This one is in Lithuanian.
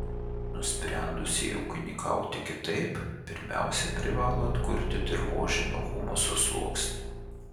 nusprendusieji ūkininkauti kitaip pirmiausia privalo atkurti dirvožemio humuso sluoksnį